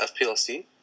FPLC